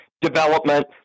development